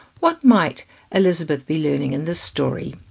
what might elizabeth be learning in this story?